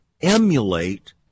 emulate